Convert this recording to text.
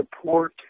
support